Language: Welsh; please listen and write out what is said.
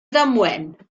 ddamwain